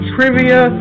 Trivia